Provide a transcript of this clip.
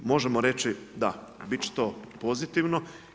Možemo reći da, bit će to pozitivno.